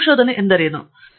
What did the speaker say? Andrew Thangaraj ಸರಿ